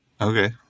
Okay